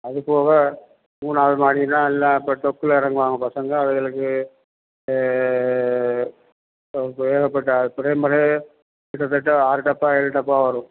அது போக மூணாவது மாடியெல்லாம் எல்லாம் இப்போ டொக்கில் இறங்குவாங்க பசங்கள் அவங்களுக்கு இப்போ தேவைப்பட்ட பிரைமரே கிட்டத்தட்ட ஆறு டப்பா ஏழு டப்பா வரும்